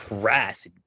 crass